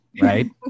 right